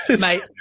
mate